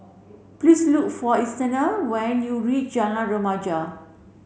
please look for Aretha when you reach Jalan Remaja